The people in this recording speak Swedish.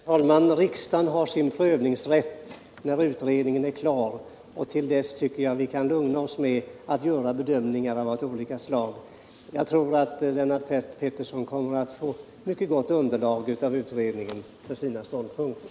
Herr talman! Riksdagen har sin prövningsrätt när utredningen är klar. Till dess tycker jag vi kan lugna oss med att göra bedömningar av olika slag. Jag tror att Lennart Pettersson kommer att få mycket gott underlag i utredningen för sina ståndpunkter.